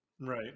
right